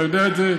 אתה יודע את זה,